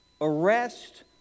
arrest